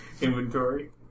inventory